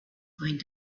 going